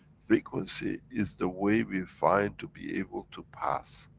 frequency is the way we find to be able to pass,